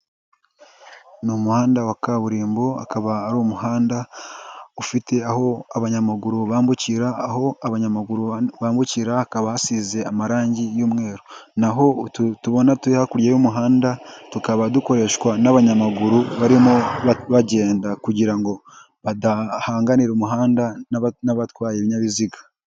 Ni umuhanda wa kaburimbo akaba ari umuhanda ufite aho abanyamaguru bambukira, aho abanyamaguru bambukira hakaba hasize amarangi y'umweru. Utu tubona turi hakurya y'umuhanda, tukaba dukoreshwa n'abanyamaguru barimo bagenda kugira ngo badahanganira umuhanda n'abatwaye ibinyabiziga.